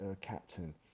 captain